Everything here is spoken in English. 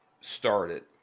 started